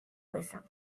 wisdom